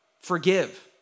forgive